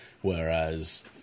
whereas